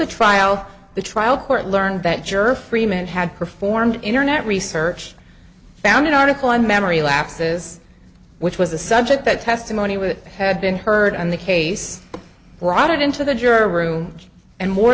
the trial the trial court learned that juror freeman had performed internet research found an article on memory lapses which was the subject that testimony would have been heard on the case brought it into the jury room and more